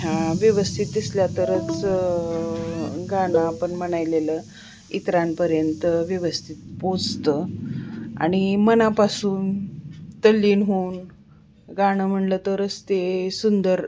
हा व्यवस्थित दिसल्या तरच गाणं आपण म्हणालेलं इतरांपर्यंत व्यवस्थित पोचतं आणि मनापासून तल्लीन होऊन गाणं म्हटलं तरच ते सुंदर